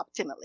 optimally